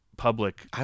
public